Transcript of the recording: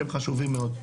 שהם חשובים מאוד.